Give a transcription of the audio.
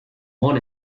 more